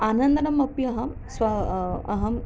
आनन्दमपि अहं स्व अहम्